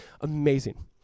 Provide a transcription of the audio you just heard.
Amazing